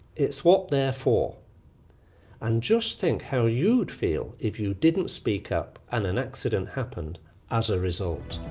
it's what they're for and just think how you'd feel if you didn't speak up and an accident happened as a result.